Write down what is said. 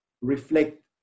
Reflect